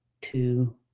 two